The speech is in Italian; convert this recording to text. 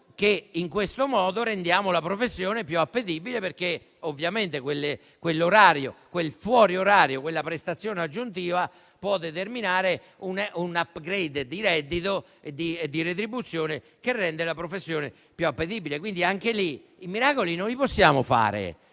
che in questo modo rendiamo la professione più appetibile perché ovviamente quel fuori orario, e quella prestazione aggiuntiva può determinare un *upgrade* di reddito e di retribuzione che rende la professione più appetibile. Quindi anche lì i miracoli non li possiamo fare.